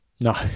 No